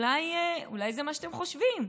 אולי זה מה שאתם חושבים,